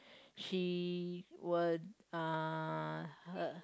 she will uh her